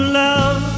love